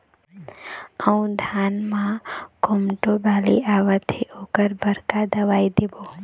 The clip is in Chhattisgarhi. अऊ धान म कोमटो बाली आवत हे ओकर बर का दवई देबो?